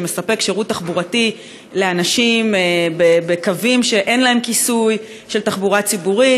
שמספק שירות תחבורתי לאנשים בקווים שאין להם כיסוי של תחבורה ציבורית,